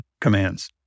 commands